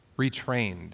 retrained